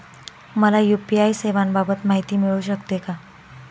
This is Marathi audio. मला यू.पी.आय सेवांबाबत माहिती मिळू शकते का?